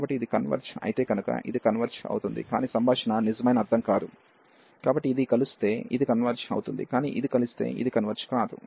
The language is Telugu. కాబట్టి ఇది కన్వర్జ్ అయితే కనుక ఇది కన్వర్జ్ అవుతుంది కాని సంభాషణ నిజమైన అర్ధం కాదు కాబట్టి ఇది కలుస్తే ఇది కన్వర్జ్ అవుతుంది కానీ ఇది కలుస్తే ఇది కన్వర్జ్ కాదు